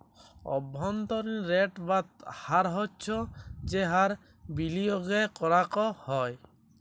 অব্ভন্তরীন রেট বা হার হচ্ছ যেই হার বিলিয়গে করাক হ্যয়